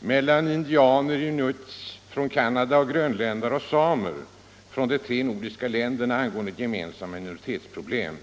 mellan indianer och inuits från Canada samt grönländare och samer från de tre nordiska länderna angående gemensamma minoritetsproblem.